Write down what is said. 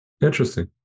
Interesting